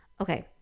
okay